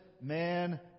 man